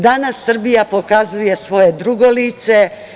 Danas Srbija pokazuje svoje drugo lice.